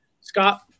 Scott